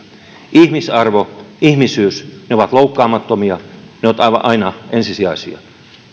ihmisarvo ihmisyys ne ovat loukkaamattomia ne ovat aina ensisijaisia